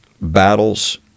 battles